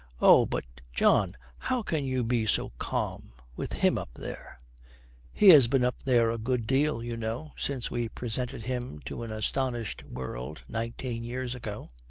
oh, but, john, how can you be so calm with him up there he has been up there a good deal, you know, since we presented him to an astounded world nineteen years ago